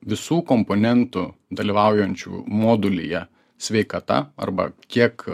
visų komponentų dalyvaujančių modulyje sveikata arba kiek